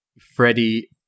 Freddie